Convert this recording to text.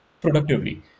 productively